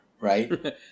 right